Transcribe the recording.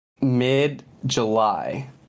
mid-July